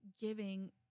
Giving